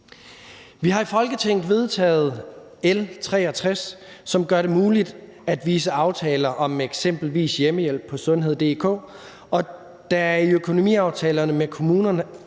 Vi har i Folketinget vedtaget L 63, som gør det muligt at vise aftaler med eksempelvis hjemmehjælpen på sundhed.dk, og det er i økonomiaftalerne med kommunerne